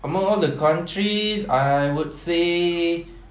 among all the countries I would say